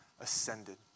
ascended